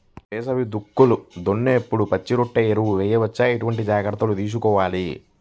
వేసవి దుక్కులు దున్నేప్పుడు పచ్చిరొట్ట ఎరువు వేయవచ్చా? ఎటువంటి జాగ్రత్తలు తీసుకోవాలి?